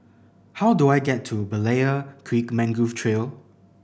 how do I get to Berlayer Creek Mangrove Trail